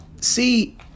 see